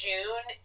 June